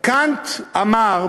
קאנט אמר,